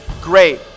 great